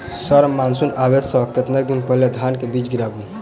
Sir monsoon आबै सऽ कतेक दिन पहिने धान केँ बीज गिराबू?